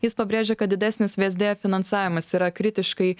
jis pabrėžė kad didesnis vsd finansavimas yra kritiškai